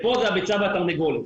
כאן זאת הביצה והתרנגולת.